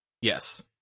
Yes